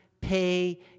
pay